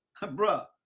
bruh